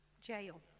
jail